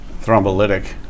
thrombolytic